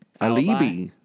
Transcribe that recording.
Alibi